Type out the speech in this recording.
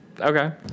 okay